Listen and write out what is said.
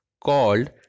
called